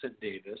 Davis